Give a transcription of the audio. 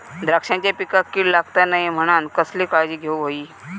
द्राक्षांच्या पिकांक कीड लागता नये म्हणान कसली काळजी घेऊक होई?